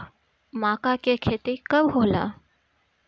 माका के खेती कब होला?